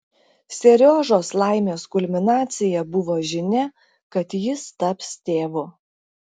seriožos laimės kulminacija buvo žinia kad jis taps tėvu